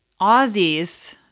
Aussies